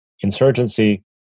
insurgency